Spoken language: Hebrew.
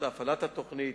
הפעלת התוכנית,